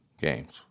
games